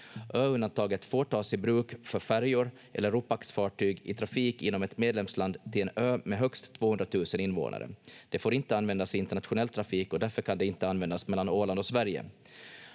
Ö-undantaget får tas i bruk för färjor eller ropaxfartyg i trafik inom ett medlemsland till en ö med högst 200 000 invånare. Det får inte användas i internationell trafik och därför kan det inte användas mellan Åland och Sverige.